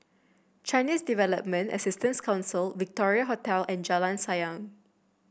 Chinese Development Assistance Council Victoria Hotel and Jalan Sayang